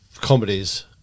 comedies